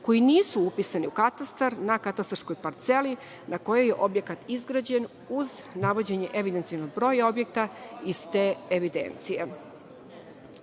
koji nisu upisani u katastar na katastarskoj parceli na kojoj je objekat izgrađen uz navođenje evidencionog broja objekta iz te evidencije. Cilj